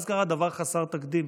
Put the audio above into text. אז קרה דבר חסר תקדים,